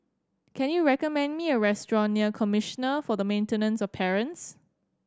can you recommend me a restaurant near Commissioner for the Maintenance of Parents